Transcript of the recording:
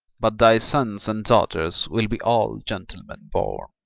but thy sons and daughters will be all gentlemen born.